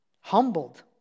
humbled